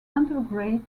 undergraduate